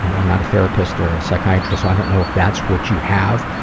you know i'm not a therapist or a psychiatrist, so i don't know if that's what you have,